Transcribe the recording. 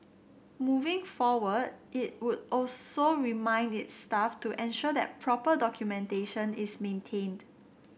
moving forward it would also remind its staff to ensure that proper documentation is maintained